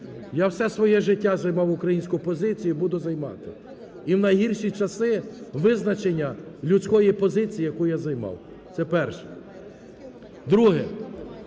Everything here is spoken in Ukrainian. я все своє життя займав українську позицію і буду займати, і в найгірші часи визначення людської позиції, яку я займав, це перше. Друге,